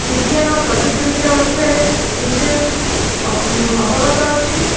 ବିଜ୍ଞାନ ଓ ପ୍ରଯୁକ୍ତିବିଦ୍ୟା ମଧ୍ୟରେ ବିଶେଷ ଅବଗତ ଅଛି